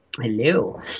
Hello